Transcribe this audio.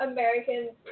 Americans